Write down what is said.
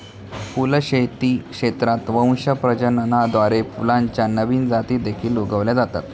फुलशेती क्षेत्रात वंश प्रजननाद्वारे फुलांच्या नवीन जाती देखील उगवल्या जातात